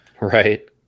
Right